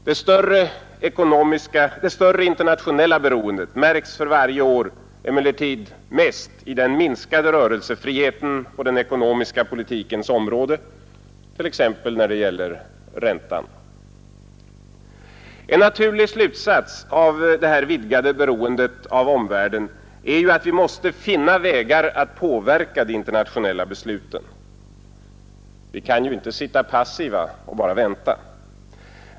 Det större internationella beroendet för varje år märks mest i den minskade rörelsefriheten på den ekonomiska politikens område, t.ex. när det gäller räntan. En naturlig slutsats av detta vidgade beroende av omvärlden är att vi måste finna vägar att påverka de internationella besluten. Vi kan inte sitta passiva och bara vänta.